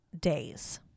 days